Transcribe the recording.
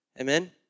amen